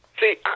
see